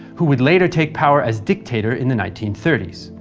who would later take power as dictator in the nineteen thirty s.